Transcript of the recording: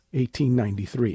1893